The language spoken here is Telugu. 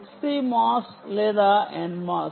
HCMOS లేదా NMOS